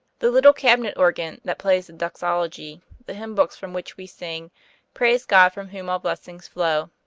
the little cabinet-organ that plays the doxology, the hymn-books from which we sing praise god from whom all blessings flow,